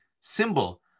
symbol